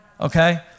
Okay